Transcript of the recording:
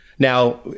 Now